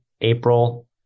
April